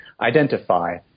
identify